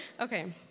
Okay